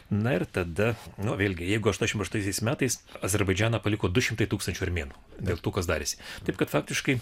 na ir tada nu vėlgi jeigu aštuoniasdešimt aštuntaisiais metais azerbaidžaną paliko du šimtai tūkstančių armėnų del to kas darėsi taip kad faktiškai